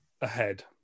ahead